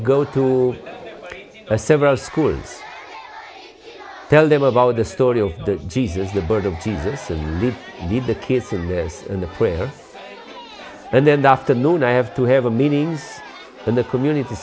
go to several schools tell them about the story of jesus the birth of jesus and did the kids and the and the prayer and then the afternoon i have to have a meeting in the community